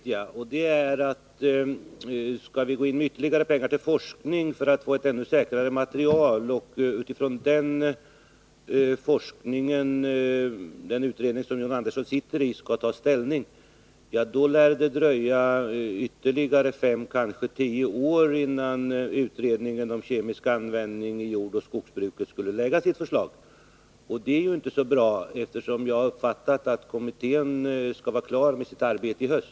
Herr talman! Ett vet jag: Skall man gå in med ytterligare pengar till forskning för att få ett ännu säkrare material att ta ställning till för den utredning som John Andersson sitter i, då lär det dröja ytterligare fem eller kanske tio år innan kommittén om användningen av kemiska medel i jordoch skogsbruket kan lägga fram sitt förslag. Och det är ju inte så bra, eftersom jag har uppfattat att kommittén skall vara klar med sitt arbete i höst.